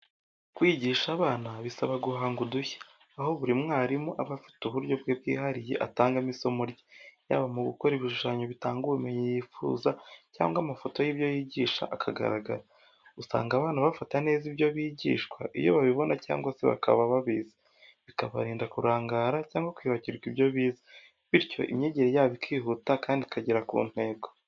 Kwigisha abana bisaba guhanga udushya, aho buri mwarimu aba afite uburyo bwe bwihariye atangamo isomo rye, yaba mu gukora ibishushanyo bitanga ubumenyi yifuza cyangwa amafoto y’ibyo yigisha akagaragara. Usanga abana bafata neza ibyo bigishwa iyo babibona cyangwa se bakaba babizi, bikabarinda kurangara cyangwa kwibagirwa ibyo bize, bityo imyigire yabo ikihuta kandi ikagera ku ntego.